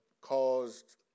caused